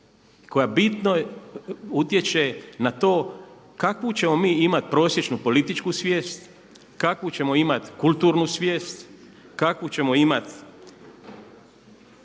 koja bitno utječe na to kakvu ćemo imati prosječnu političku svijest, kakvu ćemo imati kulturnu svijest, kakav ćemo imati